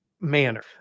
manner